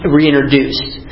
reintroduced